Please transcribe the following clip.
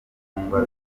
mfungwa